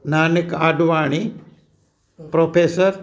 Nanak Advani professor